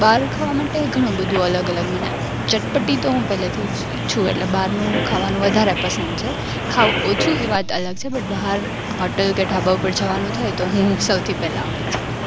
બહાર ખાવા માટે ઘણું બધું અલગ અલગ મને ચટપટી તો હું પહેલેથી જ છું એટલે બહારનું ખાવાનું વધારે પસંદ છે ખાવું ઓછું એ વાત અલગ છે બટ બહાર હોટલ કે ઢાબા ઉપર જવાનું થાય તો હું સૌથી પહેલા હોય છે